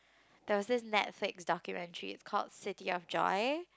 there was this Netflix documentary it's called City of Joy